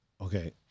Okay